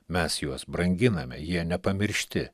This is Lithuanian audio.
mes juos branginame jie nepamiršti